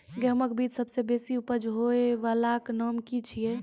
गेहूँमक बीज सबसे बेसी उपज होय वालाक नाम की छियै?